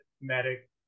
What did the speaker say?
medic